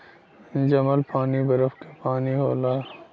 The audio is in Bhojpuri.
जमल पानी बरफ के पानी होला